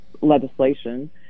legislation